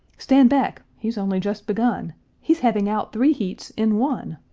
stand back! he's only just begun he's having out three heats in one!